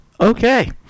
Okay